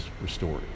restored